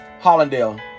Hollandale